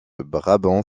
brabant